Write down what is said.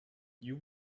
you